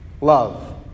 love